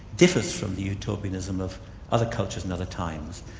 differs from the utopianism of other cultures and other times.